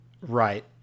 Right